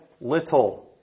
little